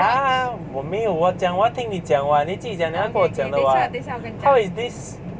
ya 我没有我讲我要听你讲 [what] 你自己讲你要跟我讲的 [what] how is this